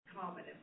common